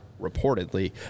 reportedly